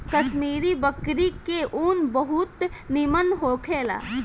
कश्मीरी बकरी के ऊन बहुत निमन होखेला